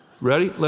Ready